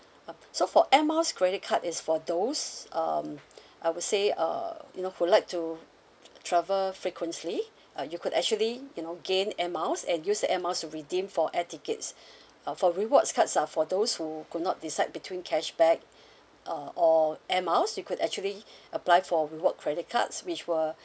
um so for air miles credit card is for those um I would say uh you know who like to tr~ travel frequently uh you could actually you know gain air miles and use the air miles to redeem for air tickets uh for rewards cards are for those who could not decide between cashback uh or air miles you could actually apply for reward credit cards which were